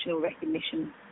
recognition